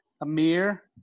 Amir